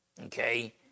Okay